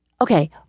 okay